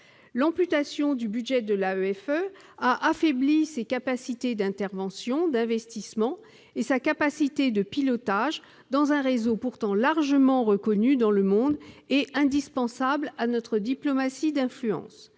nationale. Elle a également affaibli ses capacités d'intervention, d'investissement et sa capacité de pilotage, dans un réseau pourtant largement reconnu dans le monde et indispensable à notre diplomatie d'influence.